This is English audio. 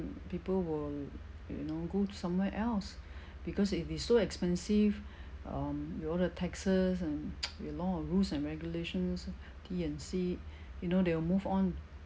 people will you know go to somewhere else because if it's so expensive um with all the taxes and with a lot of rules and regulations T and C you know they will move on